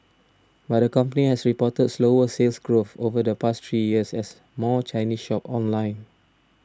but the company has reported slower Sales Growth over the past three years as more Chinese shop online